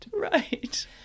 Right